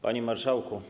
Panie Marszałku!